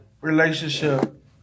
relationship